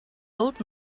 old